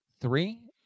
three